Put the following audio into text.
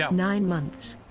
nine months!